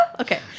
okay